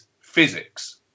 physics